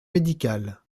médical